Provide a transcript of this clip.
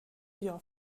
jag